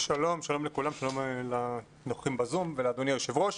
שלום לכולם, שלום לנוכחים בזום ולאדוני היושב-ראש.